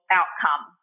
outcome